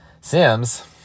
Sims